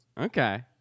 Okay